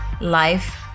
life